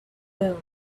boomed